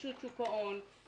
ורשות שוק ההון,